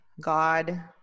God